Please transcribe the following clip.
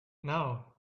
now